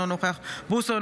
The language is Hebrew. אינו נוכח אוריאל בוסו,